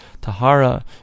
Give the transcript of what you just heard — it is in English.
Tahara